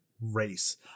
race